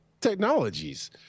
technologies